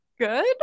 good